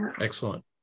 excellent